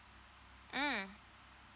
mm